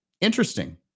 interesting